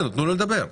ולמה?